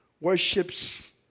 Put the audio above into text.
worships